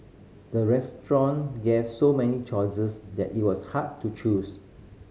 the restaurant gave so many choices that it was hard to choose